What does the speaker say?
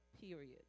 period